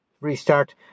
restart